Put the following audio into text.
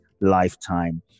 lifetime